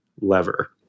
lever